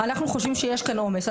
אנחנו חושבים שיש כאן עומס.